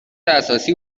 اساسی